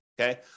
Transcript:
okay